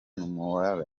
mueller